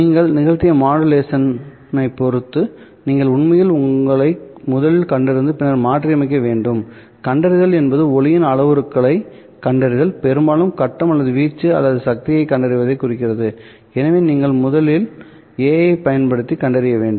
நீங்கள் நிகழ்த்திய மாடுலேஷன் ஐ பொறுத்து நீங்கள் உண்மையில் உங்களை முதலில் கண்டறிந்து பின்னர் மாற்றியமைக்க வேண்டும் கண்டறிதல் என்பது ஒளியின் அளவுருக்களைக்கண்டறிதல்பெரும்பாலும் கட்டம் அல்லது வீச்சு அல்லது சக்தியைக் கண்டறிவதைக் குறிக்கிறது எனவே நீங்கள் முதலில் a ஐப் பயன்படுத்தி கண்டறிய வேண்டும்